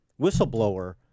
whistleblower